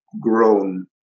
grown